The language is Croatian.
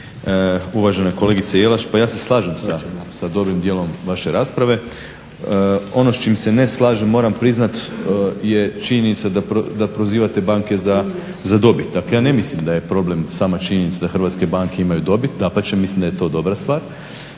Uvažena kolegice Jelaš, pa ja se slažem sa dobrim djelom vaše rasprave. Ono s čim se ne slažem moram priznat je činjenica da prozivate banke za dobit, ali ja ne mislim da je problem sama činjenica da hrvatske banke imaju dobit, dapače mislim da je to dobra stvar,